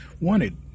wanted